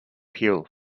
hill